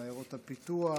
על עיירות הפיתוח,